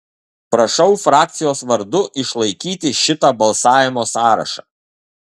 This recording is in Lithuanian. prašau frakcijos vardu išlaikyti šito balsavimo sąrašą